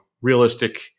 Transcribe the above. realistic